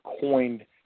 coined